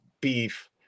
beef